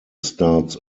starts